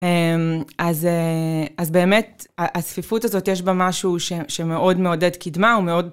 אז באמת הצפיפות הזאת, יש בה משהו שמאוד מעודד קדמה ומאוד.